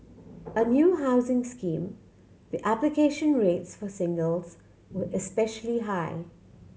a new housing scheme the application rates for singles were especially high